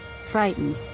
frightened